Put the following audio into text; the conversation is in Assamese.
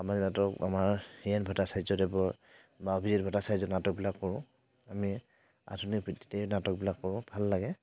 আমাৰ নাটক আমাৰ হীৰেণ ভট্টাচাৰ্যদেৱৰ বা বীৰেণ ভট্টাচাৰ্য নাটকবিলাক কৰোঁ আমি আধুনিক নাটকবিলাক কৰোঁ ভাল লাগে